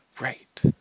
Right